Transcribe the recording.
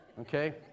okay